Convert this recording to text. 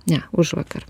ne užvakar